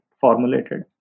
formulated